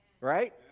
Right